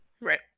Right